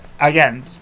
Again